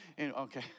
Okay